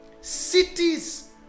cities